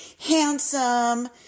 handsome